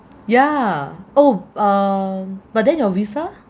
yeah oh um but then your visa